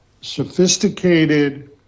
sophisticated